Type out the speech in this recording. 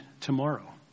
tomorrow